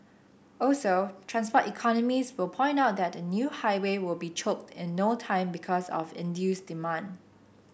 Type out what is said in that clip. also transport economists will point out that a new highway will be choked in no time because of induced demand